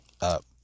up